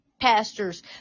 pastors